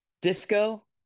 disco